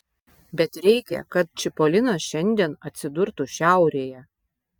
bet reikia kad čipolinas šiandien atsidurtų šiaurėje